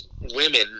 women